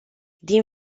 din